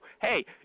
Hey